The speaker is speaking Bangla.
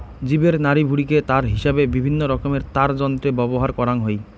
জীবের নাড়িভুঁড়িকে তার হিসাবে বিভিন্নরকমের তারযন্ত্রে ব্যবহার করাং হই